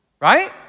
right